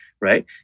right